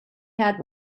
had